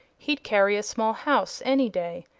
he'd carry a small house any day.